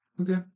Okay